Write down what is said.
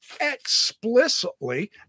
explicitly